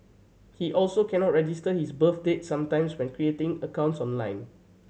he also cannot register his birth date sometimes when creating accounts online